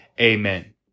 Amen